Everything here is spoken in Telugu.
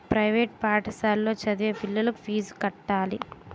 ప్రైవేట్ పాఠశాలలో చదివే పిల్లలకు ఫీజులు కట్టాలి